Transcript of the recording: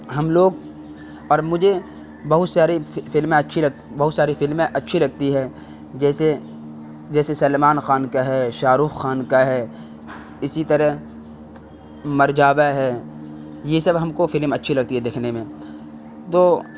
ہم لوگ اور مجھے بہت ساری فلمیں اچھی لگ بہت ساری فلمیں اچھی لگتی ہے جیسے جیسے سلمان خان کا ہے شاہ رخ خان کا ہے اسی طرح مرجاوا ہے یہ سب ہم کو فلم اچھی لگتی ہے دیکھنے میں تو